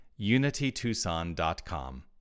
UnityTucson.com